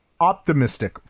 optimistic